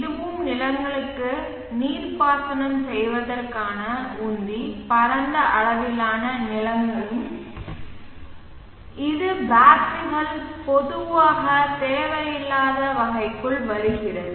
இதுவும் நிலங்களுக்கு நீர்ப்பாசனம் செய்வதற்கான உந்தி பரந்த அளவிலான நிலங்களும் இது பேட்டரிகள் பொதுவாக தேவையில்லாத வகைக்குள் வருகிறது